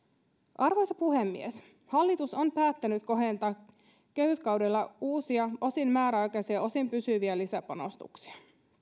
arvoisa puhemies hallitus on päättänyt kohentaa kehyskaudella uusia osin määräaikaisia ja osin pysyviä lisäpanostuksia